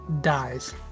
dies